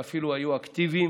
ואפילו היו אקטיביים